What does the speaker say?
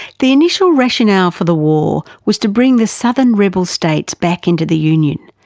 the initial rationale for the war was to bring the southern rebel states back into the union.